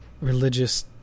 religious